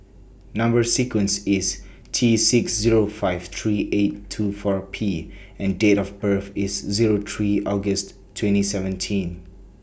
Number sequence IS T six Zero five three eight two four P and Date of birth IS Zero three August twenty seventeen